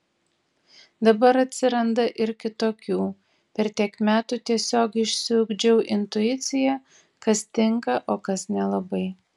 dabar atsiranda ir kitokių per tiek metų tiesiog išsiugdžiau intuiciją kas tinka o kas nelabai